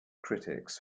critics